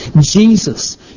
Jesus